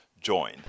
join